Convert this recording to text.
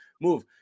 move